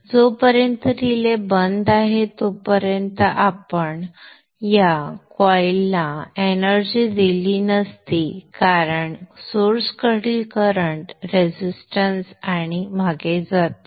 जोपर्यंत रिले बंद आहे तोपर्यंत कारण आपण या कॉइलला एनर्जी दिली नसती कारण सोर्स कडील करंट रेजिस्टन्स आणि मागे जातो